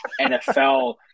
NFL